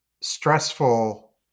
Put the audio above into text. stressful